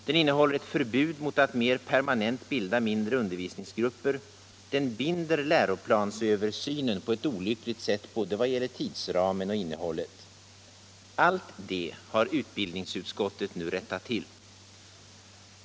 Den innehåller ett förbud mot att mer permanent bilda mindre undervisningsgrupper. Den binder läroplansöversynen på ett olyckligt sätt både vad gäller tidsramen och innehållet. Allt det har utbildningsutskottet nu rättat till.